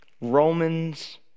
Romans